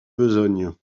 besogne